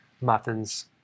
muffins